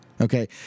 Okay